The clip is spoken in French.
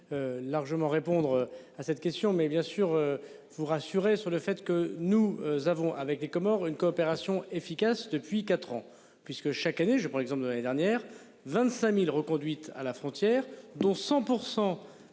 aurait pu. Largement répondre à cette question. Mais bien sûr. Vous rassurer sur le fait que nous avons avec les Comores une coopération efficace depuis 4 ans puisque, chaque année je prends l'exemple de l'année dernière 25.000 reconduites à la frontière, dont 100%